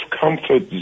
comfort